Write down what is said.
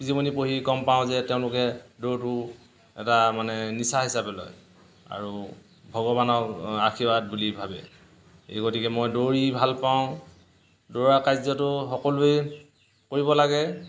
জীৱনী পঢ়ি গম পাওঁ যে তেওঁলোকে দৌৰটো এটা মানে নিচা হিচাপে লয় আৰু ভগৱানৰ আশীৰ্বাদ বুলি ভাবে এই গতিকে মই দৌৰি ভাল পাওঁ দৌৰাৰ কাৰ্যটো সকলোৱে কৰিব লাগে